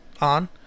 on